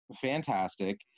fantastic